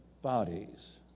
Bodies